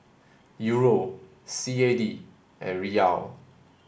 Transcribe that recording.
Euro C A D and Riyal